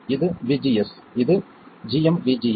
இது VGS இது gmvgs